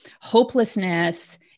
hopelessness